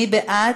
מי בעד?